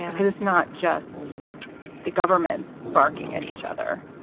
and because it's not just the government's barking at each other.